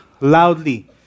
loudly